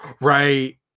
Right